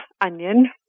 onion